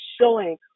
showing